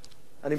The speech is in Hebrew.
אני מסיים, אדוני.